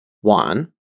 One